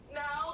no